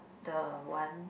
the one